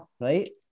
right